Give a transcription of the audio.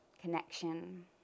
connection